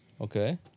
Okay